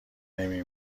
نمی